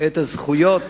את הזכויות